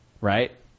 right